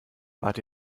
wart